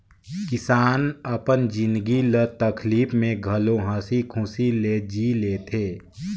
किसान अपन जिनगी ल तकलीप में घलो हंसी खुशी ले जि ले थें